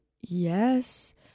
yes